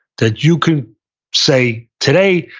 that you can say, today,